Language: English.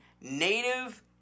native